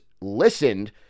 listened